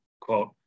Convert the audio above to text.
quote